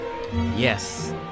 Yes